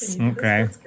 Okay